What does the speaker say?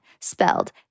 spelled